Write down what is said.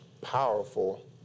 powerful